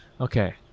Okay